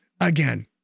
again